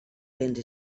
béns